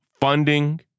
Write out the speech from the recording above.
funding